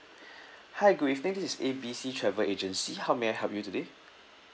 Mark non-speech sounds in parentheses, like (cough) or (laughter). (breath) hi good evening this is A B C travel agency how may I help you today